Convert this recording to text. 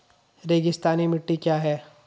रेगिस्तानी मिट्टी क्या है?